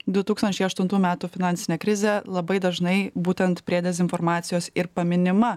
du tūkstančiai aštuntų metų finansinė krizė labai dažnai būtent prie dezinformacijos ir paminima